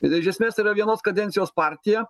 ir iš esmės tai yra vienos kadencijos partija